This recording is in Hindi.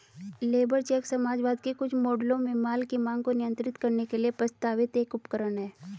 लेबर चेक समाजवाद के कुछ मॉडलों में माल की मांग को नियंत्रित करने के लिए प्रस्तावित एक उपकरण है